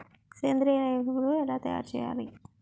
సేంద్రీయ ఎరువులు ఎలా తయారు చేయాలి?